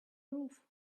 roof